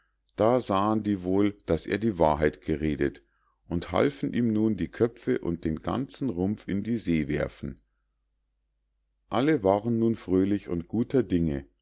da sahen sie wohl daß er die wahrheit geredet und halfen ihm nun die köpfe und den ganzen rumpf in die see werfen alle waren nun fröhlich und guter dinge